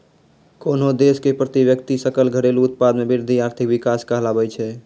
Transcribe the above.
कोन्हो देश के प्रति व्यक्ति सकल घरेलू उत्पाद मे वृद्धि आर्थिक विकास कहलाबै छै